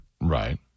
Right